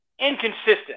inconsistent